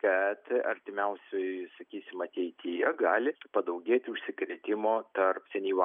kad artimiausioj sakysim ateityje gali padaugėti užsikrėtimo tarp senyvo